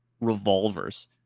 revolvers